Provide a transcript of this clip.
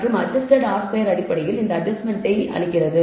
மற்றும் adjusted r square அடிப்படையில் இந்த அட்ஜஸ்ட்மெண்டை அளிக்கிறது